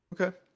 Okay